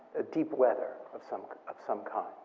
a deep weather of some of some kind,